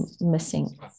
Missing